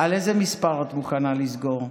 על איזה מספר את מוכנה לסגור?